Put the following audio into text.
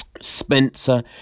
Spencer